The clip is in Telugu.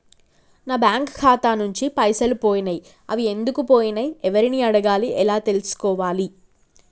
నా బ్యాంకు ఖాతా నుంచి పైసలు పోయినయ్ అవి ఎందుకు పోయినయ్ ఎవరిని అడగాలి ఎలా తెలుసుకోవాలి?